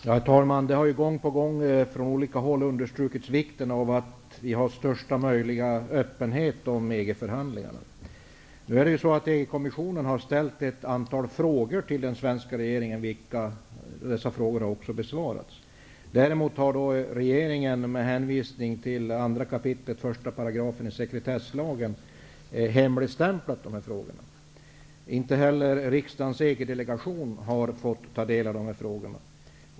Herr talman! Gång på gång har från olika håll understrukits vikten av största möjliga öppenhet om EG-förhandingarna. EG-kommissionen har ställt ett antal frågor till den svenska regeringen, vilka också har besvarats. Däremot har regeringen med hänvisning till 2 kap. 1 § i sekretesslagen hemligstämplat dessa frågor. Inte heller riksdagens EG-delegation har fått ta del av frågorna.